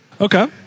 Okay